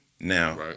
Now